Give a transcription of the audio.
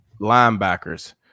linebackers